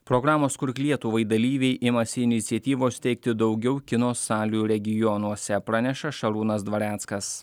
programos kurk lietuvai dalyviai imasi iniciatyvos steigti daugiau kino salių regionuose praneša šarūnas dvareckas